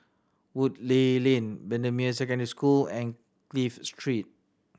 Woodleigh Lane Bendemeer Secondary School and Clive Street